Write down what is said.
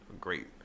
great